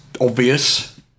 obvious